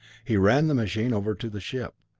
he ran the machine over to the ship.